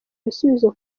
ibisubizo